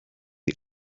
the